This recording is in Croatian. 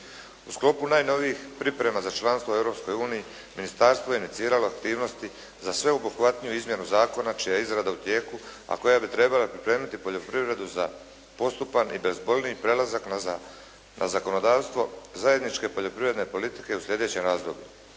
U sklopu najnovijih priprema za članstvo u Europskoj uniji, ministarstvo je iniciralo aktivnosti za sve obuhvatniju izmjenu zakona čija je izrada u tijeku, a koja bi trebala pripremiti poljoprivredu za postupan i bezbolniji prelazak na zakonodavstvo zajedničke poljoprivredne politike u sljedećem razdoblju.